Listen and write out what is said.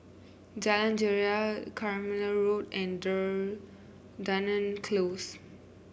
Jalan Greja Carmichael Road and Dunearn Close